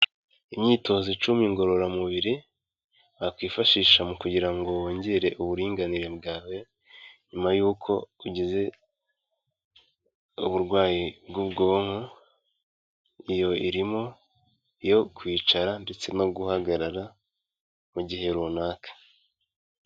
Imyitozo icumi ngororamubiri, wakwifashisha mu kugira ngo wongere uburinganire bwawe nyuma yuko ugize uburwayi bw'ubwonko, iyo irimo yo kwicara ndetse no guhagarara mu gihe runaka.